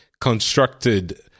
constructed